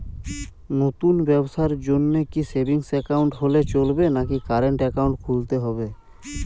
নতুন ব্যবসার জন্যে কি সেভিংস একাউন্ট হলে চলবে নাকি কারেন্ট একাউন্ট খুলতে হবে?